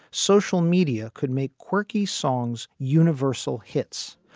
social media could make quirky songs, universal hits,